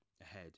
ahead